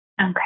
Okay